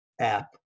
app